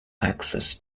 access